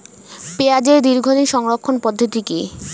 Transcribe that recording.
পেঁয়াজের দীর্ঘদিন সংরক্ষণ পদ্ধতি কি?